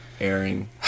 airing